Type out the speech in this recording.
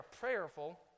prayerful